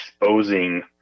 exposing